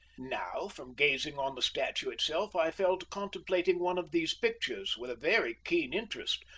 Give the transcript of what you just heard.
now, from gazing on the statue itself i fell to contemplating one of these pictures with a very keen interest,